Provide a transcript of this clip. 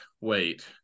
wait